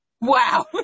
Wow